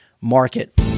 market